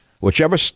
whichever